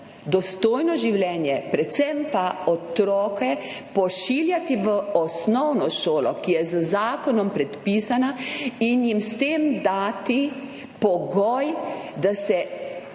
dostojno življenje, predvsem pa otroke pošiljati v osnovno šolo, ki je z zakonom predpisana, in jim s tem dati pogoj, da se